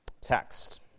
text